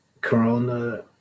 corona